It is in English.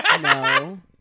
no